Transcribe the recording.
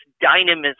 dynamism